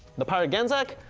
the pirate ganzack?